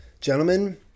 Gentlemen